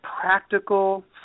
practical